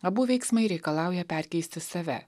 abu veiksmai reikalauja perkeisti save